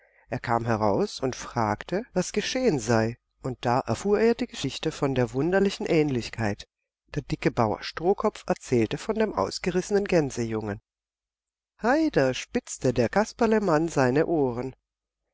er kam heraus und fragte was geschehen sei und da erfuhr er die geschichte von der wunderlichen ähnlichkeit der dicke bauer strohkopf erzählte von dem ausgerissenen gänsejungen hei da spitzte der kasperlemann seine ohren